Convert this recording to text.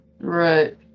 Right